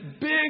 big